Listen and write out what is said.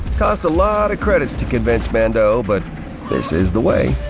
cost a lot of credits to convince mando, but this is the way.